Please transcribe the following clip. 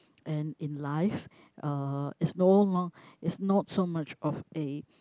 and in life uh it's no long it's not so much of a